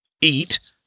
eat